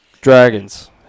Dragons